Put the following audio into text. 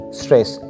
stress